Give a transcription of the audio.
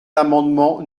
l’amendement